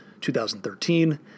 2013